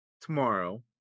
tomorrow